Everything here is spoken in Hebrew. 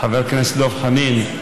חבר הכנסת דב חנין,